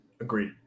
agreed